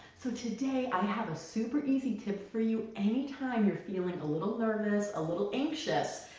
so today i have a super easy tip for you. anytime you're feeling a little nervous, a little anxious,